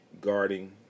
guarding